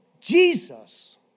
Jesus